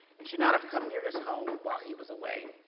and should not have come near his home, while he was away.